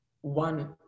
one